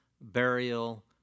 burial